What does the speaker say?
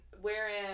wherein